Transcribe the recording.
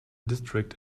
district